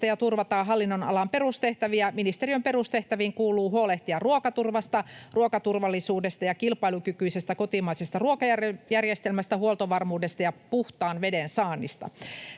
ja turvataan hallinnonalan perustehtäviä. Ministeriön perustehtäviin kuuluu huolehtia ruokaturvasta, ruokaturvallisuudesta ja kilpailukykyisestä kotimaisesta ruokajärjestelmästä, huoltovarmuudesta ja puhtaan veden saannista.